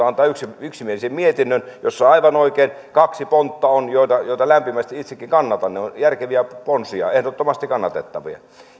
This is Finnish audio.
antaa yksimielisen mietinnön jossa aivan oikein on kaksi pontta joita joita lämpimästi itsekin kannatan ne ovat järkeviä ponsia ehdottomasti kannatettavia